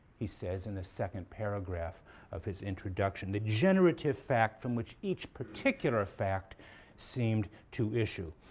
he says in the second paragraph of his introduction, the generative fact from which each particular ah fact seemed to issue.